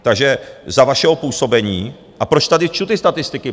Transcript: Takže za vašeho působení a proč tady čtu ty statistiky?